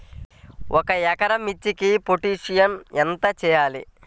ఒక ఎకరా మిర్చీకి పొటాషియం ఎంత వెయ్యాలి?